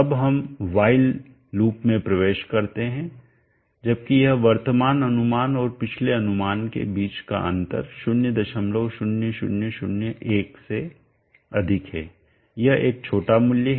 अब हम while loop में प्रवेश करते हैं जबकि यह वर्तमान अनुमान और पिछले अनुमान के बीच का अंतर 00001 से अधिक है यह एक छोटा मूल्य है